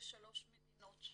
מ-123 מדינות.